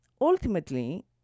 ultimately